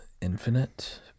infinite